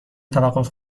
توقف